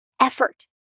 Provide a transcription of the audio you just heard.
effort